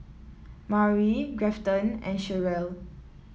Maury Grafton and Cheryle